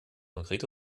konkrete